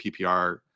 PPR